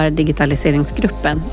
digitaliseringsgruppen